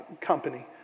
company